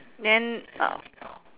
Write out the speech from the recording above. then uh